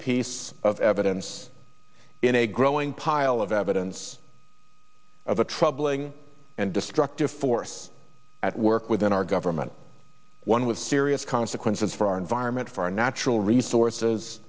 piece of evidence in a growing pile of evidence of a troubling and destructive force at work within our government one with serious consequences for our environment for our natural resources